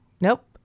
Nope